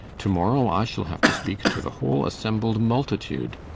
to-morrow i shall have to speak to the whole assembled multitude.